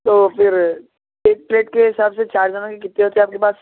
تو پھر ایک پلیٹ کے حساب سے چار جنوں کے کتنے ہوتے آپ کے پاس